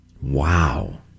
Wow